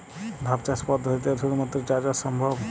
ধাপ চাষ পদ্ধতিতে শুধুমাত্র চা চাষ সম্ভব?